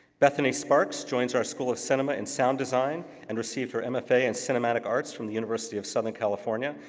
bethany sparks joins our school of cinema in sound design, and received her mfa in cinematic arts from the university of southern california,